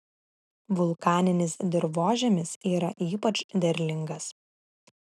vulkaninis dirvožemis yra ypač derlingas